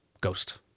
Ghost